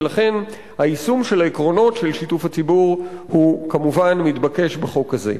ולכן היישום של העקרונות של שיתוף הציבור הוא כמובן מתבקש בחוק הזה.